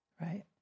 right